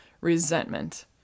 Resentment